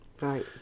Right